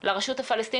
אם הם יוכלו לקבל פקסים?